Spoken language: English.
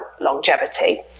longevity